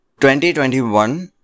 2021